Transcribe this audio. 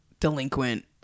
delinquent